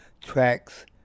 tracks